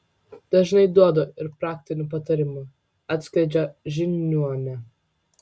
dažnai duodu ir praktinių patarimų atskleidžia žiniuonė